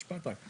משפט רק.